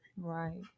right